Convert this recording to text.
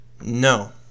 no